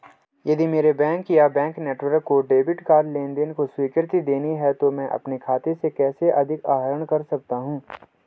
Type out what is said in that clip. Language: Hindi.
यदि मेरे बैंक या बैंक नेटवर्क को डेबिट कार्ड लेनदेन को स्वीकृति देनी है तो मैं अपने खाते से कैसे अधिक आहरण कर सकता हूँ?